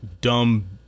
dumb